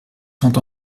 sont